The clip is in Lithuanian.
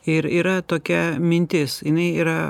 ir yra tokia mintis jinai yra